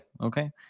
okay